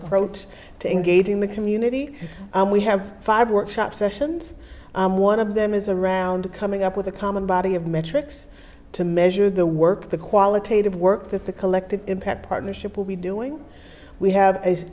approach to engaging the community we have five workshops sessions one of them is around coming up with a common body of metrics to measure the work the qualitative work that the collective impact partnership will be doing we have